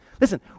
Listen